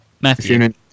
Matthew